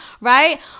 right